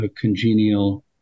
congenial